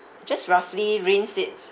just roughly rinse it